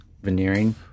veneering